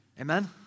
Amen